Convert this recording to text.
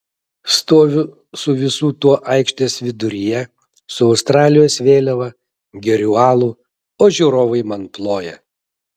stoviu su visu tuo aikštės viduryje su australijos vėliava geriu alų o žiūrovai man ploja